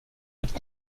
être